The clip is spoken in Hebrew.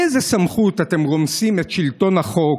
באיזו סמכות אתם רומסים את שלטון החוק,